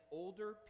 older